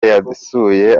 yasuye